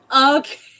Okay